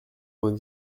vingt